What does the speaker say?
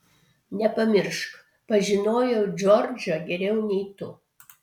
nepamiršk pažinojau džordžą geriau nei tu